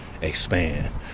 expand